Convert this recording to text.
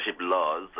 laws